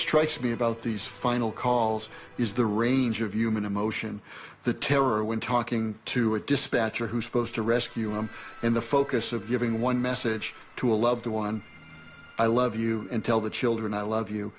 these final calls is the range of human emotion the terror when talking to a dispatcher who's supposed to rescue him in the focus of giving one message to a loved one i love you and tell the children i love you